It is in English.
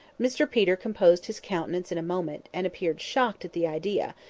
mr peter composed his countenance in a moment, and appeared shocked at the idea,